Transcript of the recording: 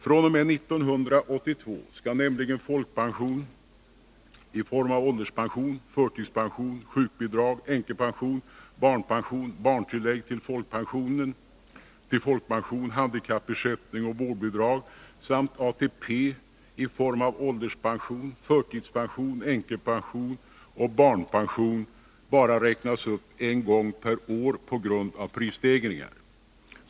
fr.o.m. 1982 skall nämligen folkpension, i form av ålderspension, förtidspension, sjukbidrag, änkepension, barnpension, barntillägg till folkpension, handikappersättning och vårdbidrag, samt ATP, i form av ålderspension, förtidspension, änkepension och barnpension, bara räknas upp en gång per år på grund av prisstegringar.